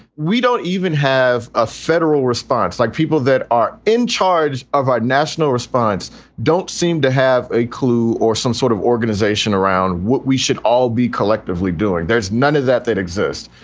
we don't even have a federal response, like people that are in charge of our national response don't seem to have a clue or some sort of organization around what we should all be collectively doing. there's none of that that exist.